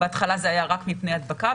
בהתחלה זה היה רק מפני הדבקה.